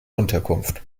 unterkunft